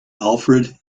alfred